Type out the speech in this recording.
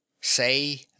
Say